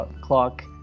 clock